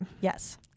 Yes